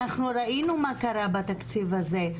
אנחנו ראינו מה קרה בתקציב הזה.